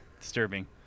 disturbing